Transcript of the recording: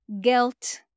guilt